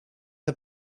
the